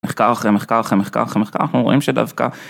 מחקר אחרי מחקר אחרי מחקר אחרי מחקר, אנחנו רואים שדווקא.